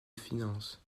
finances